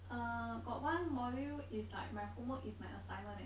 uh got one module is like my homework is my assignment eh